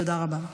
תודה רבה.